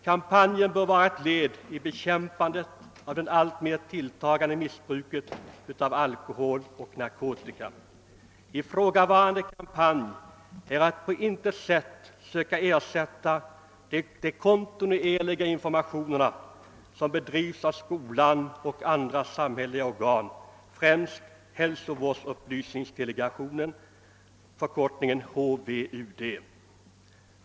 Kampanjen bör också vara ett led i bekämpandet av det alltmer tilltagande missbruket av alkohol och narkotika. Ifrågavarande kampanj skulle på intet sätt syfta till att ersätta de kontinuerliga informationer som lämnas av skolorna och andra samhälleliga organ, främst hälsovårdsupplysningsdelegationen, förkortad HVUD.